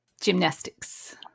Gymnastics